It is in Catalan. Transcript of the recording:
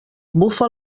bufa